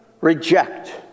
reject